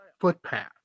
footpath